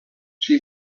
she